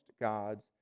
God's